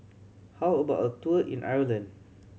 how about a tour in Ireland